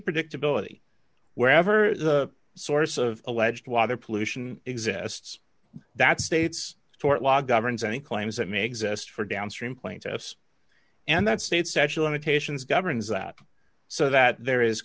predictability wherever the source of alleged water pollution exists that's state's tort law governs any claims that may exist for downstream plaintiffs and that state's actual indications governs that so that there is